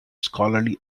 scholarly